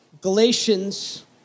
Galatians